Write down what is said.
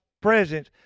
presence